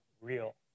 real